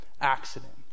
accident